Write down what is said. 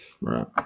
Right